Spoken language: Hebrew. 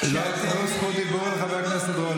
תנו זכות דיבור לחבר הכנסת רול.